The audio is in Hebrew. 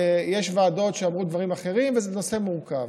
יש ועדות שאמרו דברים אחרים, וזה נושא מורכב.